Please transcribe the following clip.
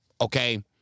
Okay